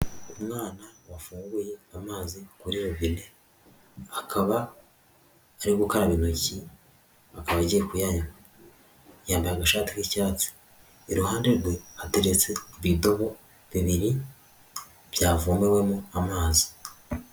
Umwana wafunguye amazi kuri robine, akaba ari gukaraba intoki, akaba agiye kuyanywa. Yambaye agashati k'icyatsi. Iruhande rwe hateretse ibidobo bibiri byavomewemo amazi.